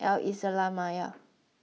Al Islamiah